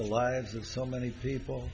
the lives of so many people